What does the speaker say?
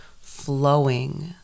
flowing